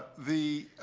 the